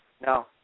No